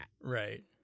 Right